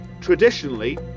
traditionally